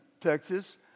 Texas